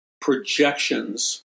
projections